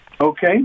Okay